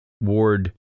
ward